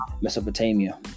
Mesopotamia